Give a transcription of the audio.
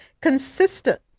consistent